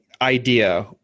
idea